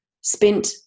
spent